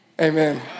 Amen